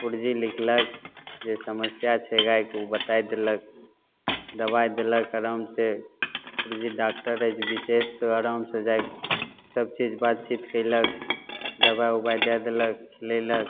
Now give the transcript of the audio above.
पुरजी लिखलक जे समस्या छै गाइके ओ बतै देलक दवाइ देलक आरामसे पुरजी डाकटर रहै छै विशेष तऽ आरामसे जाइ सबचीज बातचीत कएलक दवाइ उवाइ दै देलक लेलक